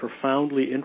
profoundly